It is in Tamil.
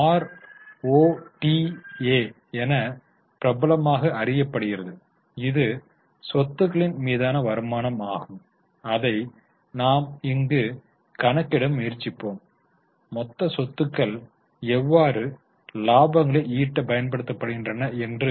ஆர்ஓடிஎ என பிரபலமாக அறியப்படுகிறது இது சொத்துக்களின் மீதான வருமானம் ஆகும் அதை நாம் இங்கு கணக்கிட முயற்சிப்போம் மொத்த சொத்துக்கள் எவ்வாறு இலாபங்களை ஈட்ட பயன்படுத்தப்படுகின்றன என்று